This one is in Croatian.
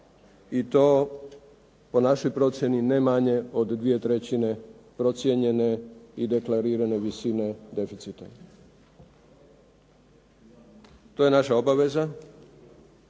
i to po našoj procjeni ne manje od dvije trećine procijenjene i deklarirane visine deficita. To je naša obaveza,